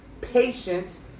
patience